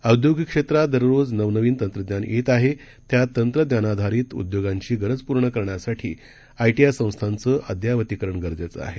औद्योगिकक्षेत्रातदररोजनवनवीनतंत्रज्ञानयेतआहे त्यातंत्रज्ञानाधारितउद्योगांचीगरजपूर्णकरण्यासाठीआयटीआयसंस्थांचंअद्ययावतीकरणगरजेचंआहे